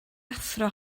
athro